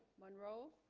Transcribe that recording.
monroe